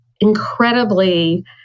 incredibly